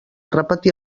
repetir